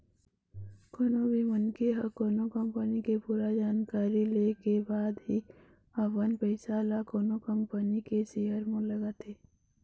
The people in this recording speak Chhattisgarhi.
कोनो भी मनखे ह कोनो कंपनी के पूरा जानकारी ले के बाद ही अपन पइसा ल कोनो कंपनी के सेयर म लगाथे